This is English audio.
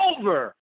over